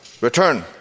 Return